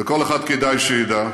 וכל אחד כדאי שידע,